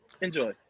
enjoy